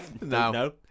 no